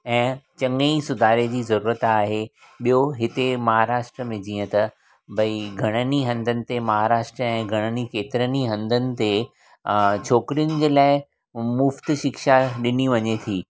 ऐं चङोई सुधार जी ज़रूरत आहे ॿियो हिते महाराष्ट्रा में जीअं त बई घणई हंधनि ते महाराष्ट्रा ऐं घणई केतिराई हंधनि ते अ छोकिरियुनि जे लाइ मुफ़्तु शिक्षा ॾिनी वञे थी